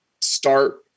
start